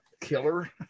killer